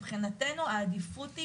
מבחינתנו, העדיפות היא